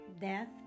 death